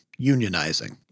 unionizing